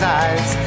eyes